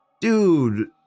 Dude